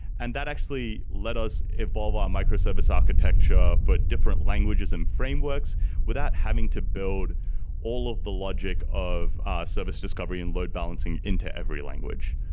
and that actually let us evolve our microservice architecture for different languages and frameworks without having to build all of the logic of our service discovery and load balancing into every language.